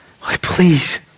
Please